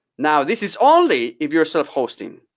now this is only if you're sort of hosting.